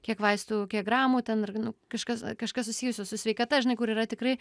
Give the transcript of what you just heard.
kiek vaistų kiek gramų ten ir nu kažkas kažkas susijusio su sveikata žinai kur yra tikrai